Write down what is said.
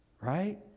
Right